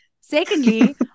Secondly